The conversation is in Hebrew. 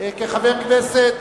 כחבר כנסת,